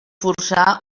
forçar